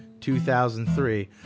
2003